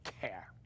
care